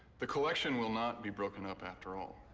the collection will not be broken up after all.